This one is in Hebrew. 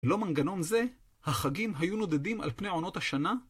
ללא מנגנון זה - החגים היו נודדים על פני עונות השנה?